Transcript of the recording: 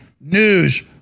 news